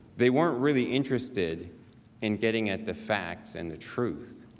they weren't really interested in getting at the fact and the truth.